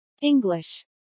English